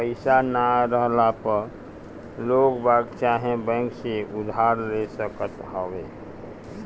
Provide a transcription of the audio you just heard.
पईसा ना रहला पअ लोगबाग चाहे बैंक से उधार ले सकत हवअ